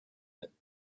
that